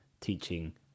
teaching